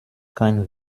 kein